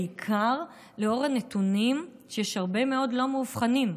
בעיקר לנוכח הנתונים שיש הרבה מאוד לא מאובחנים,